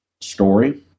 story